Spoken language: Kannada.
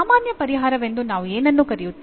ಸಾಮಾನ್ಯ ಪರಿಹಾರವೆಂದು ನಾವು ಏನನ್ನು ಕರೆಯುತ್ತೇವೆ